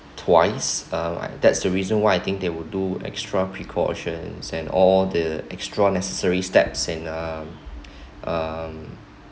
twice uh that's the reason why I think they would do extra precautions and all the extra necessary steps and uh um